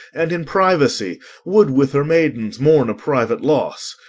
and in privacy would with her maidens mourn a private loss.